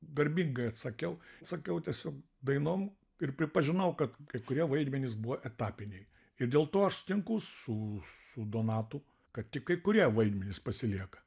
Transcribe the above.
garbingai atsakiau sakiau tiesiog dainom ir pripažinau kad kai kurie vaidmenys buvo etapiniai ir dėl to aš sutinku su su donatu kad tik kai kurie vaidmenys pasilieka